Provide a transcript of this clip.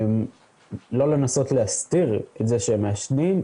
לא לנסות להסתיר את זה שהם מעשנים,